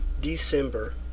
December